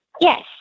Yes